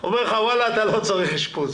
אומר לך 'אתה לא צריך אשפוז'.